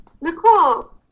Nicole